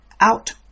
out